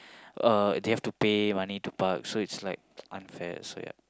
uh they have to pay money to park so it's like unfair so ya